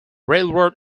railroad